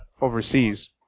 overseas